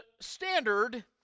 standard